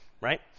right